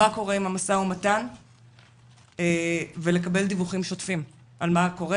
מה קורה עם המשא ומתן ולקבל דיווחים שוטפים על מה קורה,